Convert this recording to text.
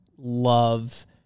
love